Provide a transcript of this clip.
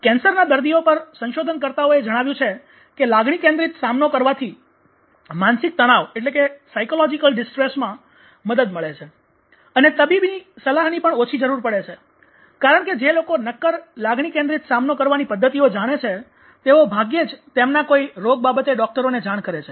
કેન્સરના દર્દીઓ પર સંશોધનકર્તાઓએ જણાવ્યું છે કે લાગણી કેન્દ્રિત સામનો કરવાથી માનસિક તણાવ માં મદદ મળે છે અને તબીબી સલાહની પણ ઓછી જરૂર પડે છે કારણ કે જે લોકો નક્કર લાગણી કેન્દ્રિત સામનો કરવાની પદ્ધતિઓ જાણે છે તેઓ ભાગ્યે જ તેમના કોઈ રોગ બાબતે ડોકટરોને જાણ કરે છે